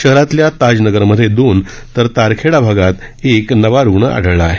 शहरातल्या ताजनगरमधे दोन तर तारखेडा भागात एक नवा रुग्ण आढळला आहे